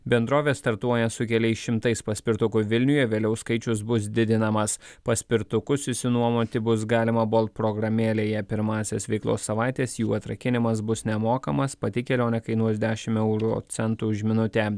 bendrovė startuoja su keliais šimtais paspirtukų vilniuje vėliau skaičius bus didinamas paspirtukus išsinuomoti bus galima bolt programėlėje pirmąsias veiklos savaites jų atrakinimas bus nemokamas pati kelionė kainuos dešimt euro centų už minutę